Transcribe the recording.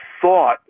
thought